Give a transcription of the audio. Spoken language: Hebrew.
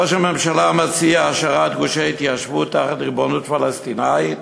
ראש הממשלה מציע השארת גושי התיישבות תחת ריבונות פלסטינית,